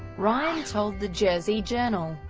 ryan told the jersey journal.